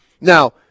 Now